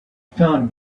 phoned